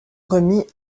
remis